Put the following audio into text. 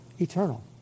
eternal